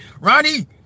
Ronnie